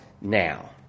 now